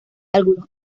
algunos